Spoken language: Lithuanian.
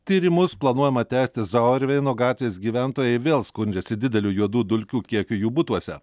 tyrimus planuojama tęsti zauerveino gatvės gyventojai vėl skundžiasi dideliu juodų dulkių kiekiu jų butuose